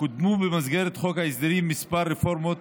קודמו במסגרת חוק ההסדרים כמה רפורמות